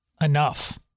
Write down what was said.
enough